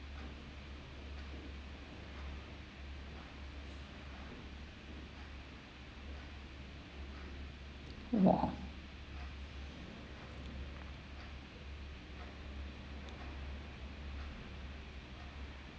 !wah!